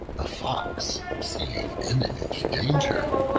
the fox, seeing imminent danger,